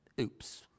Oops